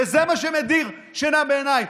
וזה מה שמדיר שינה מעיניי.